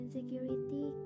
Insecurity